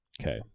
Okay